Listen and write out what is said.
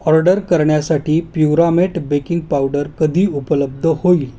order करण्यासाठी Puramate baking powder कधी उपलब्ध होईल